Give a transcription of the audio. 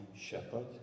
shepherd